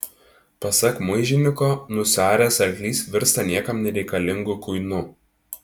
pasak muižiniko nusiaręs arklys virsta niekam nereikalingu kuinu